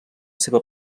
seva